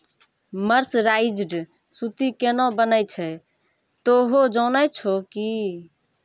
mercerised सूती केना बनै छै तोहों जाने छौ कि